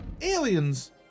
aliens